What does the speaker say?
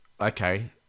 okay